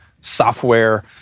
software